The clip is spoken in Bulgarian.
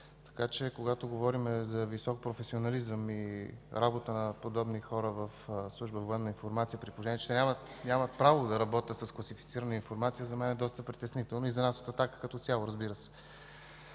Така че когато говорим за висок професионализъм и работа на подобни хора в Служба „Военна информация”, при положение че те нямат право да работят с класифицирана информация, за мен е доста притеснително, и за нас от „Атака” като цяло, разбира се.